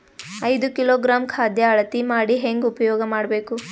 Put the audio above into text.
ಐದು ಕಿಲೋಗ್ರಾಂ ಖಾದ್ಯ ಅಳತಿ ಮಾಡಿ ಹೇಂಗ ಉಪಯೋಗ ಮಾಡಬೇಕು?